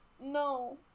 No